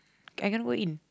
I cannot go in